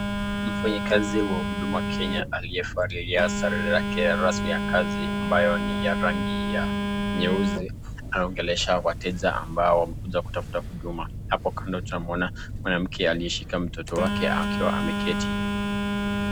Mfanayakazi wa huduma kenya aliyevaa sare ya rasmi ya kazi ambayo ni ya rangi ya nyeusi anaongelesha wateja ambao wamekuja kutafuta huduma hapo kando tunamuona mwanamke aliyeshika mtoto wake akiwa ameketi.